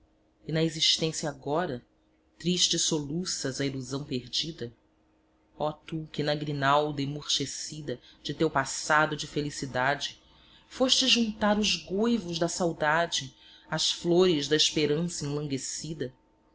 e na existência agora triste soluças a ilusão perdida oh tu que na grinalda emurchecida de teu passado de felicidade foste juntar os goivos da saudade às flores da esperança